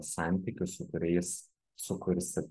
santykius su kuriais sukursit